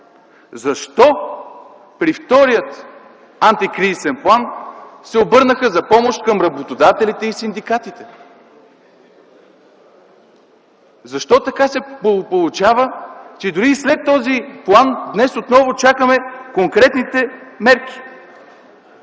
Защо при втория антикризисен план се обърнаха за помощ към работодателите и синдикатите? Защо така се получава, че дори и след този план, днес отново чакаме конкретните мерки?